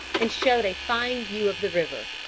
and showed a fine view of the river.